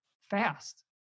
fast